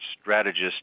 strategist